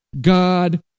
God